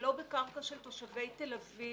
ולא בקרקע של תושבי תל אביב,